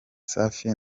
safi